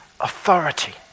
authority